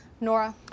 Nora